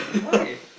why